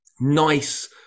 nice